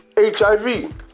HIV